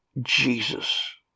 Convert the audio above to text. Jesus